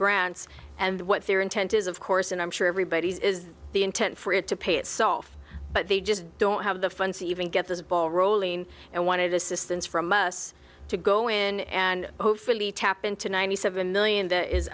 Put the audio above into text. grants and what their intent is of course and i'm sure everybody's is the intent for it to pay itself but they just don't have the funds to even get this ball rolling and wanted assistance from us to go in and hopefully tap into ninety seven million the is